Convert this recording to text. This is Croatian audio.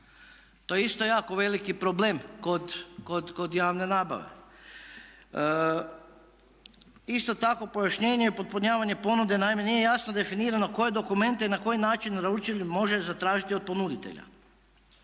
To je isto jako veliki problem kod javne nabave. Isto tako pojašnjenje potpunjavanje ponude, naime nije jasno definirano koje dokumente i na koji način naručitelj može zatražiti od ponuditelja.